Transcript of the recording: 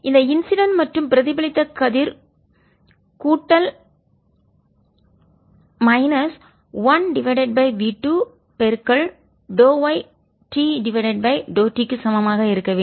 இந்த இன்சிடென்ட் மற்றும் பிரதிபலித்த கதிர் கூட்டல் மைனஸ் 1V2yTt க்கு சமமாக இருக்க வேண்டும்